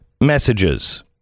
messages